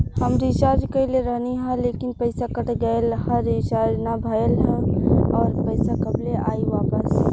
हम रीचार्ज कईले रहनी ह लेकिन पईसा कट गएल ह रीचार्ज ना भइल ह और पईसा कब ले आईवापस?